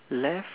left